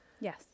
Yes